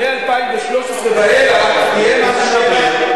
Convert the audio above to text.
מ-2013 ואילך יהיה מס שבח,